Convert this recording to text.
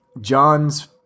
John's